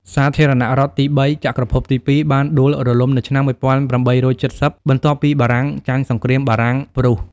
សាធារណរដ្ឋទីបីចក្រភពទីពីរបានដួលរលំនៅឆ្នាំ ១៨៧០ បន្ទាប់ពីបារាំងចាញ់សង្គ្រាមបារាំង ព្រុស ។